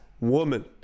woman